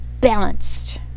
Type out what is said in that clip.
balanced